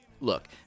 look